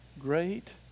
Great